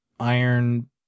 iron